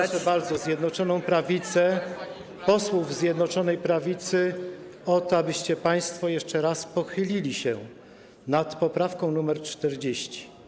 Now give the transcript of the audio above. i proszę bardzo Zjednoczoną Prawicę, posłów Zjednoczonej Prawicy o to, abyście państwo jeszcze raz pochylili się nad poprawką nr 40.